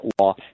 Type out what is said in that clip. law